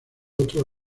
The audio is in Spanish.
otro